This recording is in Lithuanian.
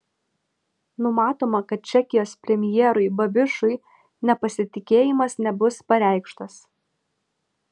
numatoma kad čekijos premjerui babišui nepasitikėjimas nebus pareikštas